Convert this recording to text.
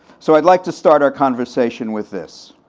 so i'd like to start our conversation with this,